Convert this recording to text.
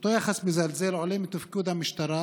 אותו יחס מזלזל עולה מתפקוד המשטרה